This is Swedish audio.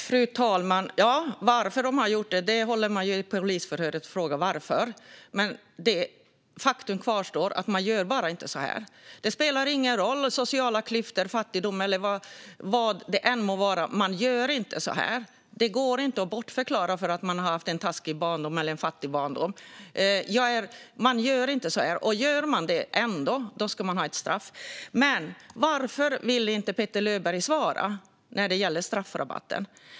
Fru talman! Varför de gjorde det håller polisen förhör om och frågar. Faktum kvarstår att så här gör man bara inte. Sociala klyftor, fattigdom eller vad det än må vara spelar ingen roll. Man gör inte så här. Det går inte att bortförklara med att man haft en taskig barndom eller en fattig barndom. Man gör inte så här, och gör man det ändå ska man ha ett straff. Men varför vill inte Petter Löberg svara när det gäller straffrabatten?